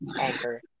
anchor